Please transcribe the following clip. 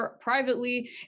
privately